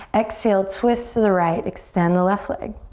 exhale, twist to the right, extend the left leg.